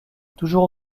toujours